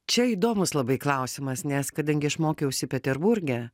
čia įdomus labai klausimas nes kadangi aš mokiausi peterburge